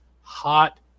hot